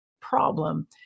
problem